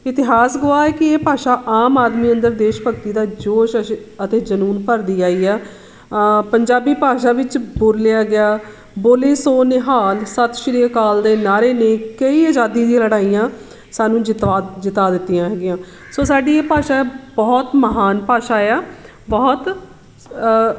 ਇਤਿਹਾਸ ਗਵਾਹ ਹੈ ਕਿ ਇਹ ਭਾਸ਼ਾ ਆਮ ਆਦਮੀ ਅੰਦਰ ਦੇਸ਼ ਭਗਤੀ ਦਾ ਜੋਸ਼ ਅਸ਼ ਅਤੇ ਜਨੂੰਨ ਭਰਦੀ ਆਈ ਆ ਪੰਜਾਬੀ ਭਾਸ਼ਾ ਵਿੱਚ ਬੋਲਿਆ ਗਿਆ ਬੋਲੇ ਸੋ ਨਿਹਾਲ ਸਤਿ ਸ਼੍ਰੀ ਅਕਾਲ ਦੇ ਨਾਅਰੇ ਨੇ ਕਈ ਆਜ਼ਾਦੀ ਦੀ ਲੜਾਈਆਂ ਸਾਨੂੰ ਜਿੱਤਵਾ ਜਿੱਤਾ ਦਿੱਤੀਆਂ ਹੈਗੀਆਂ ਸੋ ਸਾਡੀ ਇਹ ਭਾਸ਼ਾ ਬਹੁਤ ਮਹਾਨ ਭਾਸ਼ਾ ਆ ਬਹੁਤ